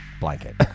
Blanket